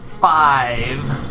five